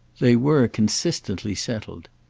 they were consistently settled.